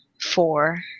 four